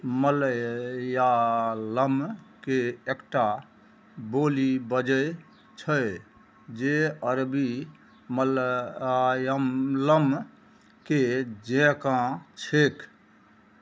मलयालमके एकटा बोली बजै छै जे अरबी मलयालमके जेकाँ छैक